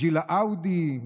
בשביל האאודי,